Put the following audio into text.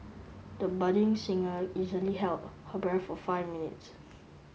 the budding singer easily held her breath for five minutes